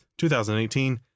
2018